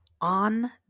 on